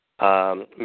Mr